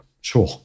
sure